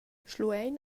schluein